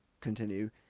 continue